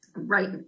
Right